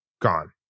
gone